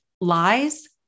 lies